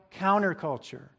counterculture